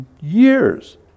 years